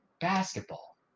basketball